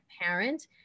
parent